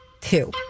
two